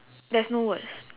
there's no words